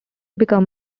become